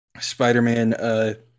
Spider-Man